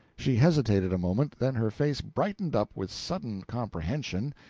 she hesitated a moment then her face brightened up with sudden comprehension,